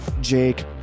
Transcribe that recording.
Jake